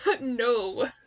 No